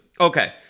Okay